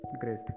Great